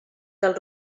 del